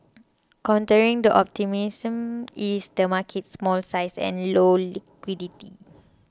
countering the optimism is the market's small size and low liquidity